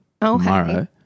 tomorrow